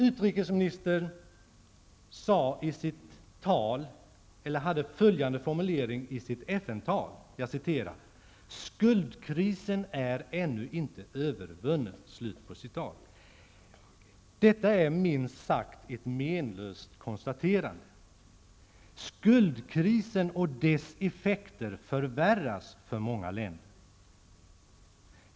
Utrikesminister af Ugglas hade följande formulering i sitt FN-tal: ''Skuldkrisen är ännu inte övervunnen''. Detta är minst sagt ett menlöst konstaterande. Skuldkrisen och dess effekter förvärras för många länder.